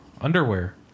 Underwear